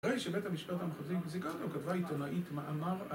ראי של בית המשפט המחוזי, סיקרנו כתבה עיתונאית מאמר על...